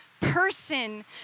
person